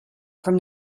from